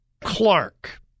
Clark